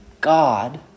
God